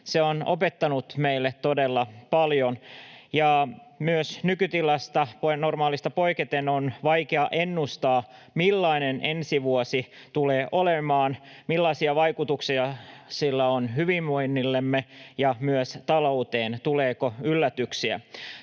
se on opettanut meille todella paljon. Myös nykytilasta, normaalista poiketen, on vaikea ennustaa, millainen ensi vuosi tulee olemaan ja millaisia vaikutuksia sillä on hyvinvoinnillemme ja myös talouteen ja tuleeko yllätyksiä.